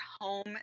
home